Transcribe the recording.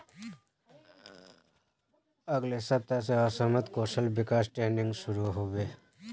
अगले सप्ताह स असमत कौशल विकास ट्रेनिंग शुरू ह बे